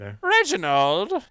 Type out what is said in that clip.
Reginald